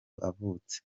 bavutse